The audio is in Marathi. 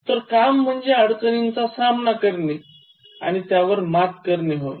तर काम म्हणजे अडचणींचा सामना करणे आणि त्यावर मात करणे होय